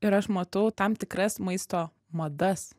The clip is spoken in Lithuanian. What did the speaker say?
ir aš matau tam tikras maisto madas